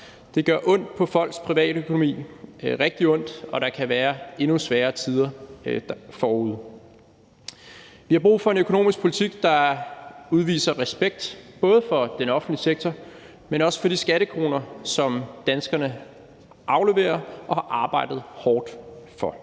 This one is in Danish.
rigtig ondt på folks privatøkonomi, og der kan være endnu sværere tider forude. Vi har brug for en økonomisk politik, der udviser respekt for både den offentlige sektor, men også for de skattekroner, som danskerne afleverer og har arbejdet hårdt for.